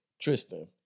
Tristan